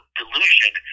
delusion